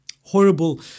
horrible